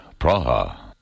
Praha